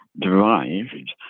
derived